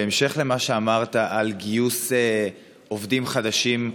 בהמשך למה שאמרת על גיוס עובדים חדשים,